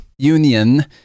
union